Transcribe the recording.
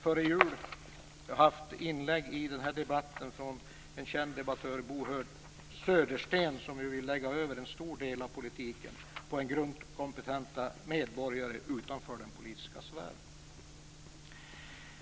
Före jul förekom inlägg i den här debatten från en känd debattör, nämligen från Bo Södersten, som ju vill lägga över en stor del av politiken till en grupp kompetenta medborgare utanför den politiska sfären.